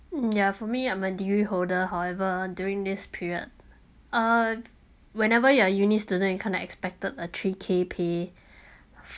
ya for me I'm a degree holder however during this period uh whenever you are uni student you kind of expected a three K pay